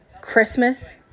christmas